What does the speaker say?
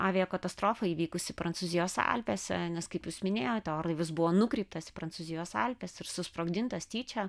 aviakatastrofa įvykusi prancūzijos alpėse nes kaip jūs minėjote orlaivis buvo nukreiptas į prancūzijos alpes ir susprogdintas tyčia